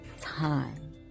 time